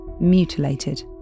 mutilated